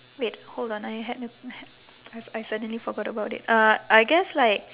wait hold on I had I I suddenly forgot about it uh I guess like